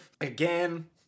Again